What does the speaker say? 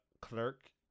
clerk